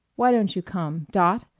why don't you come dot?